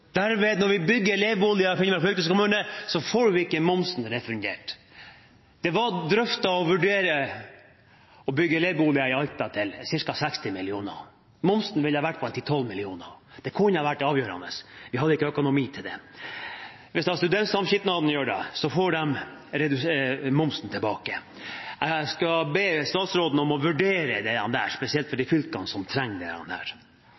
lovpålagt. Når vi bygger elevboliger i Finnmark fylkeskommune, får vi ikke momsen refundert. Det ble drøftet å vurdere å bygge elevboliger i Alta til ca. 60 mill. kr. Momsen ville vært på 10–12 mill. kr. Det kunne vært avgjørende, vi hadde ikke økonomi til det. Hvis studentsamskipnaden gjør det, får de momsen tilbake. Jeg ber statsråden om å vurdere det spesielt for